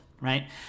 right